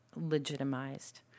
legitimized